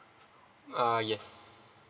uh yes